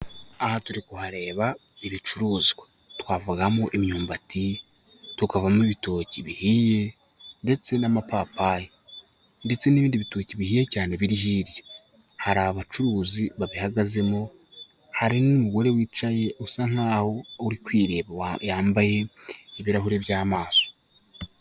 Aha turi kuhareba ibicuruzwa, twavugamo imyumbati, tukavamo ibitoki bihiye, ndetse n'amapapayi ndetse n'ibindi bitoki bihiye cyane biri hirya, hari abacuruzi babihagazemo hari n'umugore wicaye usa nkaho uri kwirebaba, yambaye ibirahuri by'amaso.